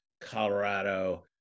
Colorado